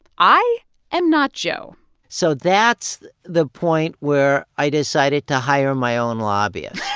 i am not joe so that's the point where i decided to hire my own lobbyist